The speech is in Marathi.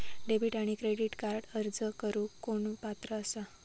डेबिट आणि क्रेडिट कार्डक अर्ज करुक कोण पात्र आसा?